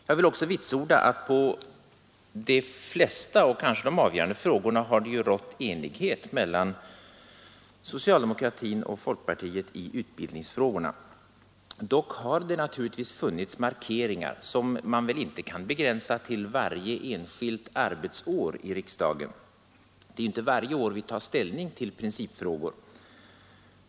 Jag vill också vitsorda att det i de flesta och kanske de avgörande utbildningsfrågorna har rått enighet mellan socialdemokraterna och folkpartiet. Dock har det funnits principiella markeringar som man inte kan begränsa till varje enskilt arbetsår; det är inte varje år vi tar ställning till principfrågor.